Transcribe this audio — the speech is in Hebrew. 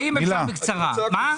בסדר.